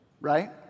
right